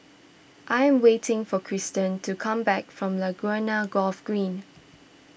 I am waiting for Kristan to come back from Laguna Golf Green